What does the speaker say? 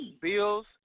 Bills